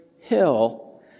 hill